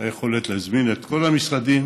את היכולת להזמין את כל המשרדים